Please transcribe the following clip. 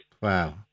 Wow